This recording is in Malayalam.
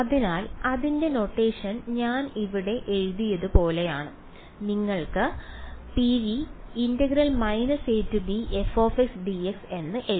അതിനാൽ അതിന്റെ നൊട്ടേഷൻ ഞാൻ ഇവിടെ എഴുതിയത് പോലെയാണ് നിങ്ങൾക്ക് എന്ന് എഴുതാം